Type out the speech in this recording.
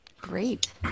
Great